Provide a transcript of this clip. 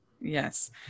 yes